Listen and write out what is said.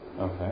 Okay